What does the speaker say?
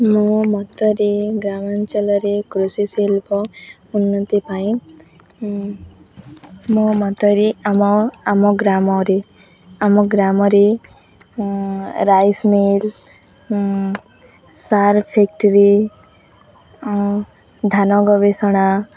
ମୋ ମତରେ ଗ୍ରାମାଞ୍ଚଳରେ କୃଷି ଶିଳ୍ପ ଉନ୍ନତି ପାଇଁ ମୋ ମତରେ ଆମ ଆମ ଗ୍ରାମରେ ଆମ ଗ୍ରାମରେ ରାଇସ୍ ମିଲ୍ ସାର ଫ୍ୟାକ୍ଟରୀ ଧାନ ଗବେଷଣା